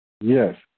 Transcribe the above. Yes